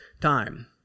time